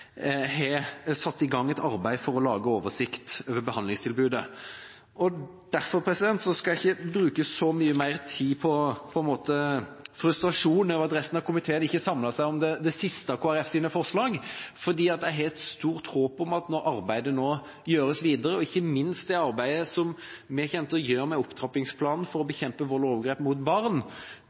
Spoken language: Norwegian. har satt i gang et arbeid for å lage en oversikt over behandlingstilbudet. Derfor skal jeg ikke bruke så mye mer tid på frustrasjon over at resten av komiteen ikke samlet seg om det siste av Kristelig Folkepartis forslag, fordi jeg håper og tror at når arbeidet nå gjøres videre, ikke minst det arbeidet som vi kommer til å gjøre med opptrappingsplanen for å bekjempe vold og overgrep mot barn,